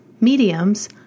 mediums